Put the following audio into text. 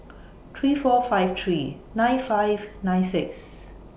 three four five three nine five nine six